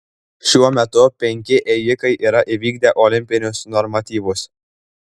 šiuo metu penki ėjikai yra įvykdę olimpinius normatyvus